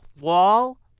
wall